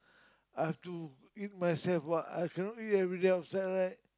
I have to eat myself what I cannot eat everyday outside right